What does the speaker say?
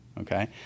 Okay